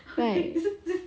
right